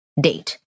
date